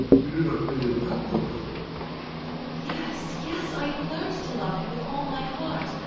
you do not really love your husband yes, yes! i have learnt to love him with all my heart!